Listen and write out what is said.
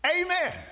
Amen